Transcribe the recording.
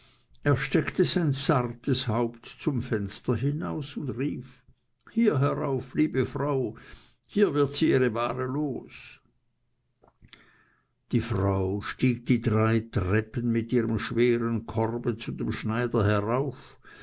er steckte sein zartes haupt zum fenster hinaus und rief hier herauf liebe frau hier wird sie ihre ware los die frau stieg die drei treppen mit ihrem schweren korbe zu dem schneider herauf